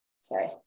sorry